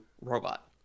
robot